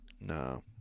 no